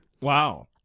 Wow